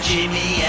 Jimmy